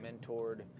mentored